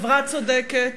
חברה צודקת.